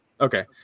Okay